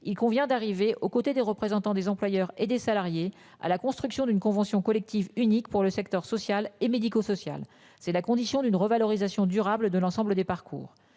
il convient d'arriver aux côtés des représentants des employeurs et des salariés à la construction d'une convention collective unique pour le secteur social et médico-social. C'est la condition d'une revalorisation durable de l'ensemble des parcours,